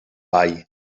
ball